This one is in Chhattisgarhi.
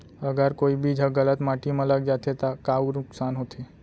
अगर कोई बीज ह गलत माटी म लग जाथे त का नुकसान होथे?